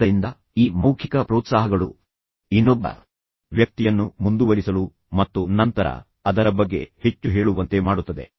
ಆದ್ದರಿಂದ ಈ ಮೌಖಿಕ ಪ್ರೋತ್ಸಾಹಗಳು ಇನ್ನೊಬ್ಬ ವ್ಯಕ್ತಿಯನ್ನು ಮುಂದುವರಿಸಲು ಮತ್ತು ನಂತರ ಅದರ ಬಗ್ಗೆ ಹೆಚ್ಚು ಹೇಳುವಂತೆ ಮಾಡುತ್ತದೆ